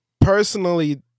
personally